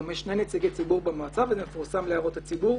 יש שני נציגי ציבור במועצה וזה מפורסם להערות הציבור.